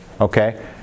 okay